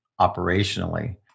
operationally